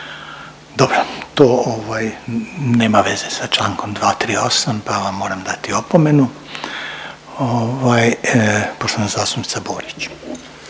Dobro to ovaj nema veze sa Člankom 238., pa vam moram dati opomenu. Ovaj, poštovana zastupnica Borić.